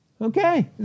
Okay